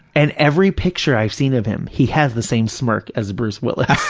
and every picture i've seen of him, he has the same smirk as bruce willis.